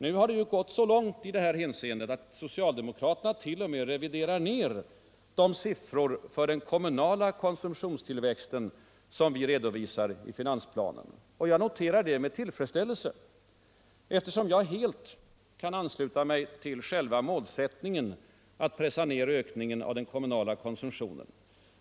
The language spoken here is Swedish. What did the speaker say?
Nu har det ju gått så långt i det här hänseendet att socialdemokraterna t.o.m. reviderar ned de siffror för den kommunala konsumtionstillväxten som vi redovisar i finansplanen. Jag noterar det med tillfredsställelse, eftersom jag helt kan ansluta mig till själva målsättningen - att pressa ned ökningen av den kommunala konsumtionen.